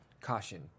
caution